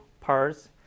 parts